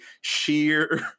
sheer